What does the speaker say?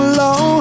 low